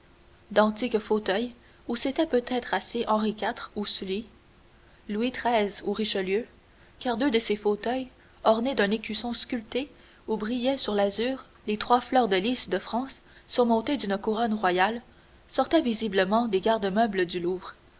d'antiques fauteuils où s'étaient peut-être assis henri iv ou sully louis xiii ou richelieu car deux de ces fauteuils ornés d'un écusson sculpté où brillaient sur l'azur les trois fleurs de lis de france surmontées d'une couronne royale sortaient visiblement des garde-meubles du louvre